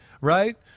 right